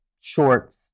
shorts